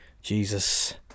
Jesus